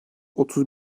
otuz